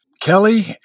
Kelly